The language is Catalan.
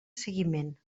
seguiment